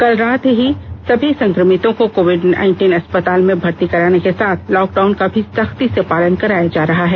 कल रात में ही सभी संक्रमितों को कोविड अस्पताल में भर्ती कराने के साथ लॉकडाउन का भी सख्ती से पालन कराया जा रहा है